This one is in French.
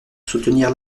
soutenir